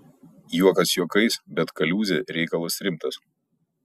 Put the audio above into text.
juokas juokais bet kaliūzė reikalas rimtas